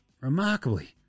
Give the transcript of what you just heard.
Remarkably